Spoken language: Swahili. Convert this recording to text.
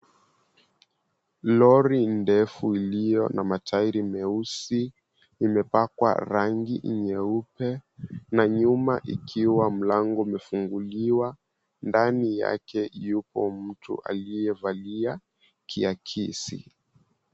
Lori ndefu ilio na matairi meusi imepakwa rangi nyeupe na nyuma ikiwa mlango umefunguliwa. Ndani yake yupo mtu aliyevalia kiakisi.